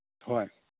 ꯍꯣꯏ